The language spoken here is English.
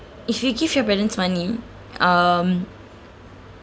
if you give your parents money um